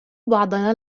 بعضنا